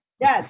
Yes